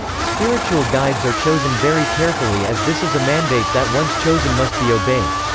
spiritual guides are chosen very carefully as this is a mandate that once chosen must be obeyed.